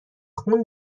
خون